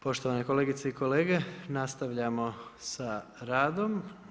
Poštovane kolegice i kolege, nastavljamo sa radom.